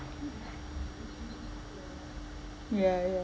ya ya